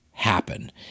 happen